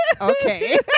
Okay